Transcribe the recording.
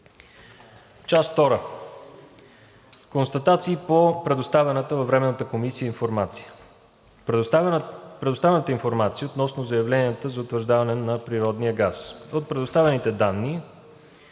II. Констатации по предоставената във Временната комисия информация. Предоставена информация относно заявленията за утвърждаване на цени на природния газ. От предоставените данни